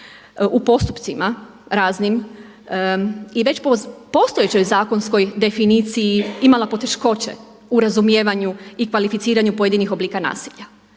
u postupcima raznim i već postojećoj zakonskoj definiciji imala poteškoće u razumijevanju i kvalificiranju pojedinih oblika nasilja.